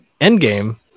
Endgame